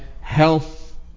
health